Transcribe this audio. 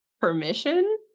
permission